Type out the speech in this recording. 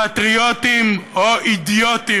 פטריוטים או אידיוטים.